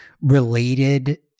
related